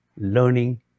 learning